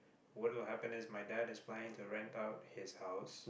what will happen is my dad is planning to rent out his house